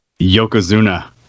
Yokozuna